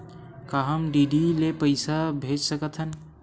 का हम डी.डी ले पईसा भेज सकत हन?